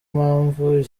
mpamvu